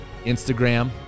Instagram